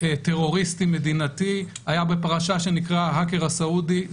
טרוריסטי מדינתי היה בפרשה שנקראה ההאקר הסעודי,